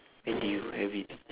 where did you have it